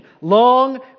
long